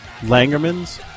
Langerman's